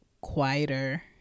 quieter